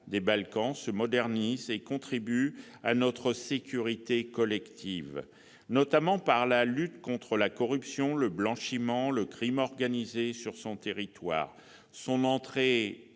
des Balkans, se modernise et contribue à notre sécurité collective, notamment au travers de la lutte contre la corruption, le blanchiment et le crime organisé en vigueur sur son territoire. Son entrée